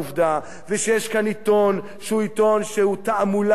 ושיש כאן עיתון שהוא תעמולה ברורה,